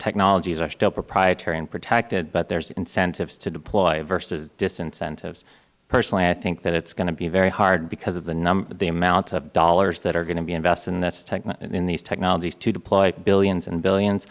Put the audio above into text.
technologies are still proprietary and protected but there are incentives to deploy versus disincentives personally i think it is going to be very hard because of the amount of dollars that are going to be invested in these technologies to deploy billions and billions